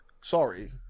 Sorry